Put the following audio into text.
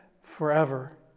forever